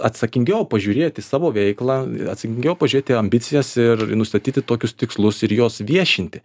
atsakingiau pažiūrėt į savo veiklą atsakingiau pažiūrėt į ambicijas ir nustatyti tokius tikslus ir juos viešinti